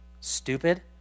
stupid